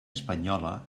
espanyola